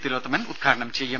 തിലോത്തമൻ ഉദ്ഘാടനം ചെയ്യും